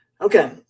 Okay